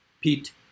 Pete